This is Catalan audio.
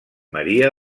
maria